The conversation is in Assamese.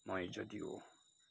মই যদিও